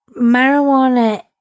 Marijuana